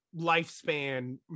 lifespan